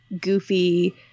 goofy